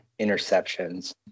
interceptions